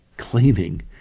cleaning